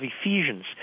Ephesians